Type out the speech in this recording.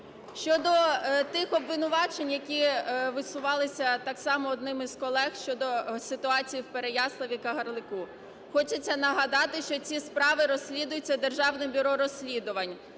Щодо тих обвинувачень, які висувалися так само одним із колег щодо ситуації в Переяславі, Кагарлику. Хочеться нагадати, що ці справи розслідуються Державним бюро розслідувань,